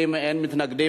בעד, 20, אין מתנגדים.